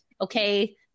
okay